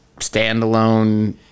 standalone